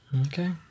Okay